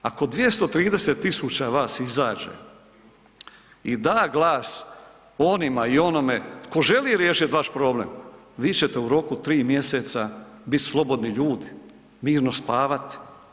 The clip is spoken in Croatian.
Ako 230 tisuća vas izađe i da glas onima i onome tko želi riješiti vaš problem, vi ćete u roku 3 mjeseca biti slobodni ljudi, mirno spavati.